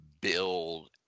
build